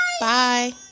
Bye